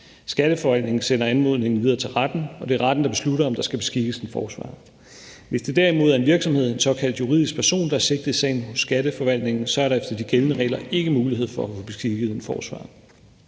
Skatteforvaltningen sender anmodningen videre til retten, og det er retten, der beslutter, om der skal beskikkes en forsvarer. Hvis det derimod er en virksomhed, en såkaldt juridisk person, der er sigtet i sagen hos Skatteforvaltningen, er der efter de gældende regler ikke mulighed for at få beskikket en forsvarer.